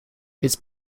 his